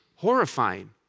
horrifying